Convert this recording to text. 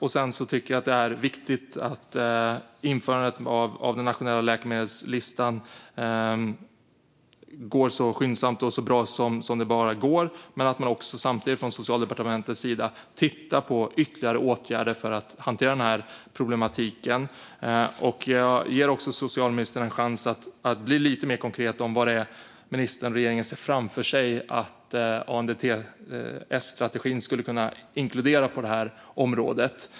Det är också viktigt att införandet av den nationella läkemedelslistan går så skyndsamt och bra det bara går. Men Socialdepartementet måste samtidigt titta på ytterligare åtgärder för att hantera problematiken. Jag ger socialministern en chans att också bli lite mer konkret om vad regeringen ser framför sig att ANDTS-strategin skulle kunna inkludera på området.